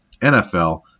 NFL